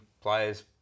players